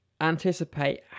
anticipate